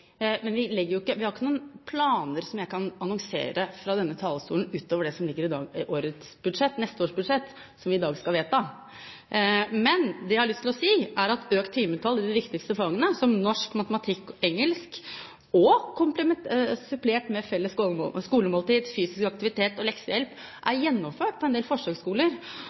Men vi har ikke noen planer som jeg kan annonsere fra denne talerstolen, utover det som ligger i neste års budsjett, som vi i dag skal vedta. Jeg har lyst til å si at økt timetall i de viktigste fagene som norsk, matematikk og engelsk, supplert med felles skolemåltid, fysisk aktivitet og leksehjelp, er gjennomført på en del forsøksskoler.